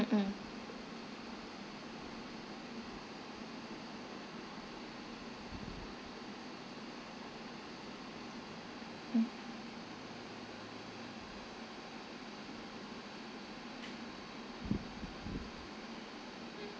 mm mm